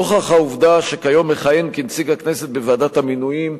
נוכח העובדה שכיום מכהן כנציג הכנסת בוועדת המינויים,